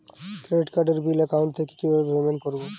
Credit কার্ডের bill account থেকে কিভাবে পেমেন্ট করবো?